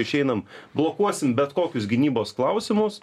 išeinam blokuosim bet kokius gynybos klausimus